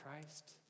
Christ